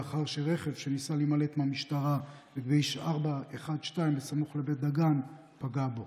לאחר שרכב שניסה להימלט מהמשטרה בכביש 412 סמוך לבית דגן פגע בו.